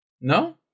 no